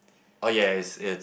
oh yeah it's it's